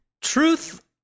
truth